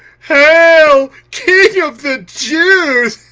hail king of the jews!